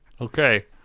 Okay